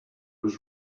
was